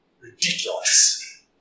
Ridiculous